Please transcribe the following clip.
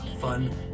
fun